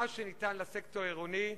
מה שניתן לסקטור העירוני,